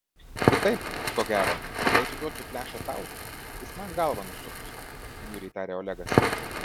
kitaip ko gero jei atiduosiu flešą tau jis man galvą nusuks niūriai tarė olegas